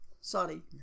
Sorry